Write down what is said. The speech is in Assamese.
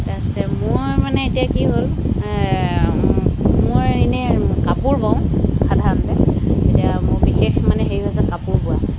তাৰপিছতে মোৰ মানে এতিয়া কি হ'ল মই ইনে আৰু কাপোৰ বওঁ সাধাৰণতে এতিয়া মোৰ বিশেষ মানে হেৰি হৈছে কাপোৰ বোৱা